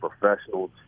professionals